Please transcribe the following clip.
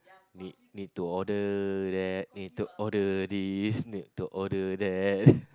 need need to order that need to order this need to order that